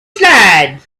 slide